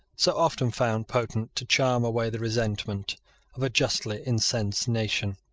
so often found potent to charm away the resentment of a justly incensed nation.